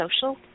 social